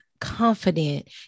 confident